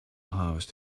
house